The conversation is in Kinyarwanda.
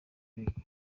birego